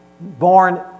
born